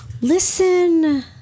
Listen